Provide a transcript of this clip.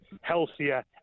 healthier